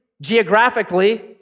geographically